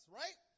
right